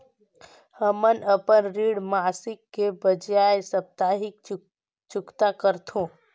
हमन अपन ऋण मासिक के बजाय साप्ताहिक चुकता करथों